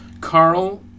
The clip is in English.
Carl